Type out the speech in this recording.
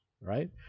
right